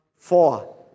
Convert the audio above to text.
Four